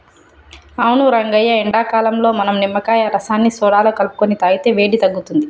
అవును రంగయ్య ఎండాకాలంలో మనం నిమ్మకాయ రసాన్ని సోడాలో కలుపుకొని తాగితే వేడి తగ్గుతుంది